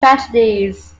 tragedies